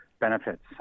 benefits